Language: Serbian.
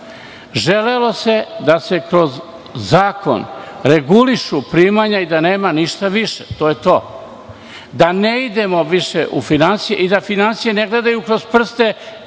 Želelo se da se kroz zakon regulišu primanja i da nema ništa više, to je to. Da ne idemo više u finansije i da finansije ne gledaju kroz prste.